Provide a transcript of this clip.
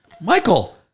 Michael